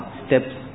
steps